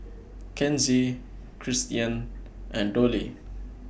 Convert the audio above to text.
Kenzie Cristian and Dollye